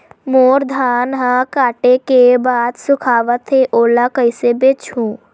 मोर धान ह काटे के बाद सुखावत हे ओला कइसे बेचहु?